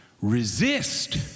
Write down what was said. resist